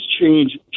change